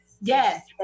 Yes